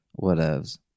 Whatevs